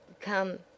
Come